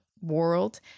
world